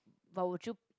voucher